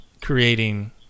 creating